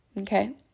Okay